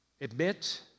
admit